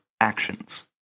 actions